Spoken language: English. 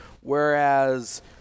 whereas